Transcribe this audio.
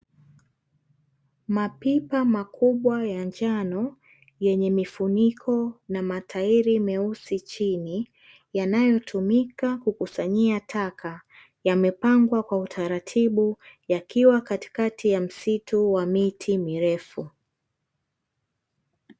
Mapipa makubwa ya njano, yenye mifuniko na matairi meusi chini, yanayotumika kukusanyia taka, yamepangwa kwa utaratibu yakiwa katikati ya msitu wa miti mirefu.